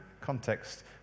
context